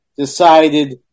decided